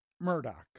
Murdoch